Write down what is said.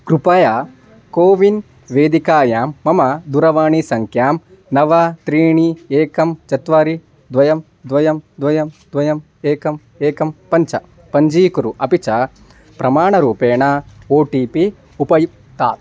कृपया कोविन् वेदिकायां मम दुरवाणीसंख्यां नव त्रीणि एकं चत्वारि द्वे द्वे द्वे द्वे एकम् एकं पञ्च पञ्जीकुरु अपि च प्रमाणरूपेण ओ टि पि उपयुक्तात्